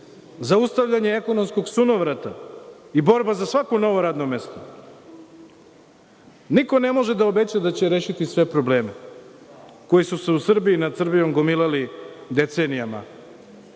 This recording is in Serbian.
zaustavljanje ekonomskog sunovrata i borba za svako novo radno mesto. Niko ne može da obeća da će rešiti sve probleme koji su se u Srbiji i nad Srbijom gomilali decenijama,